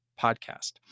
podcast